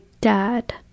dad